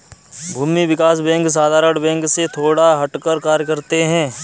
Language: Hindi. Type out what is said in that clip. भूमि विकास बैंक साधारण बैंक से थोड़ा हटकर कार्य करते है